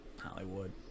Hollywood